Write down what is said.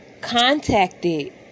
contacted